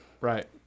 right